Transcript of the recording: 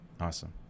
Awesome